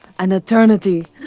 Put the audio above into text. an eternity,